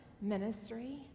ministry